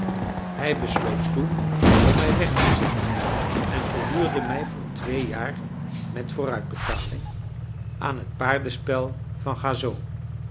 hij besloot toen om mij weg te zenden en verhuurde mij voor twee jaar met vooruitbetaling aan het paardenspel van